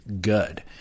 good